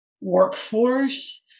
workforce